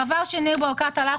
חבר שניר ברקת הלך,